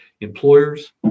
employers